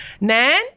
Nan